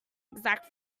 exact